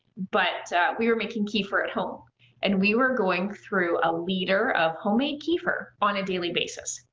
but we were making kefir at home and we were going through a liter of homemade kefir on a daily basis.